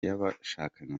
y’abashakanye